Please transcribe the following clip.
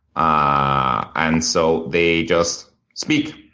ah and so they just speak.